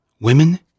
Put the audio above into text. women